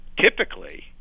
typically